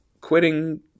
quitting